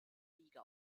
liga